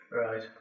Right